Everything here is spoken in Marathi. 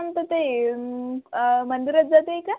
ममता ताई अ मंदिरात जाते आहे का